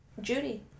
Judy